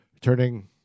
turning